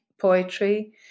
poetry